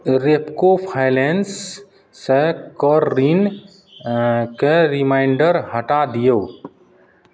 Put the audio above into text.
रेपको फाइनेन्ससे कर ऋणके रिमाइण्डर हटा दिऔ